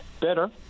better